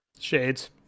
Shades